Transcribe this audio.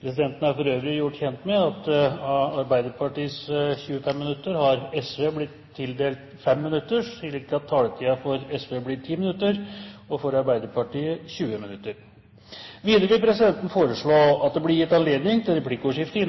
Presidenten er for øvrig gjort kjent med at av Arbeiderpartiets 25 minutter har Sosialistisk Venstreparti blitt tildelt 5 minutter, slik at taletiden for Sosialistisk Venstreparti blir 10 minutter og for Arbeiderpartiet 20 minutter. Videre vil presidenten foreslå at det blir gitt anledning til replikkordskifte